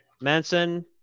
Manson